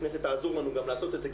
הכנסת תעזור לנו גם לעשות את זה,